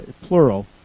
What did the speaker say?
plural